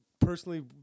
personally